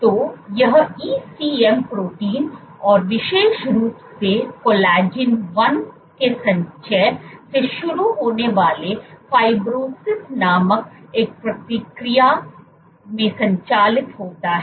तो यह ECM प्रोटीन और विशेष रूप से कोलेजन 1 के संचय से शुरू होने वाली फाइब्रोसिस नामक एक प्रक्रिया में संचालित होता है